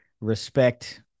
respect